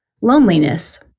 loneliness